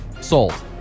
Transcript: Sold